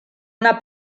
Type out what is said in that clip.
una